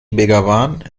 begawan